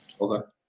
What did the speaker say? Okay